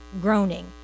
groaning